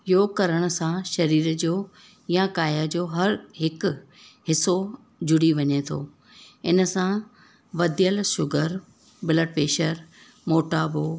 योगु करण सां शरीर जो या काया जो हर हिकु हिसो जुड़ी वञे थो इन सां वधियलु शुगर ब्लड प्रेशर मोटापो